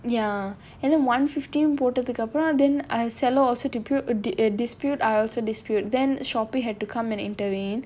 ya and then one fifteen கேட்டதுக்கு அப்புறம்:ketathukku appuram then uh seller also dispu~ uh dispute I also dispute then Shopee had to come and intervene